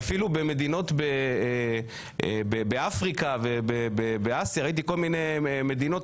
שאפילו במדינות באפריקה ובאסיה ראיתי כל מיני מדינות,